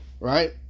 right